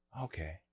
okay